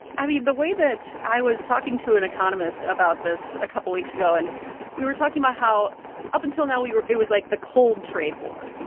i mean, the way that i was talking to an economist about this a couple of weeks ago. and we were talking about how up until now, we were it was like the cold trade war.